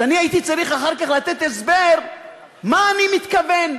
כשאני הייתי צריך אחר כך לתת הסבר מה אני מתכוון.